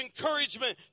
encouragement